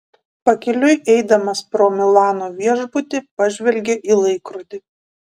pakeliui eidamas pro milano viešbutį pažvelgė į laikrodį